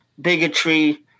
bigotry